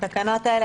התקנות האלה,